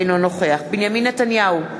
אינו נוכח בנימין נתניהו,